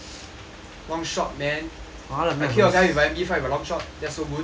long shot man I kill the guy with a M_B five with a long shot that's so good